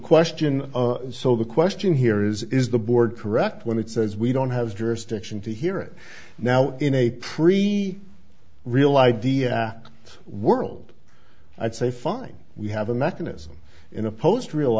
question so the question here is is the board correct when it says we don't have jurisdiction to hear it now in a pre real idea world i'd say fine we have a mechanism in a post real